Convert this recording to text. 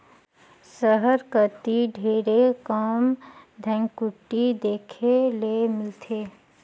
सहर कती ढेरे कम धनकुट्टी देखे ले मिलथे